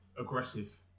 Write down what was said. aggressive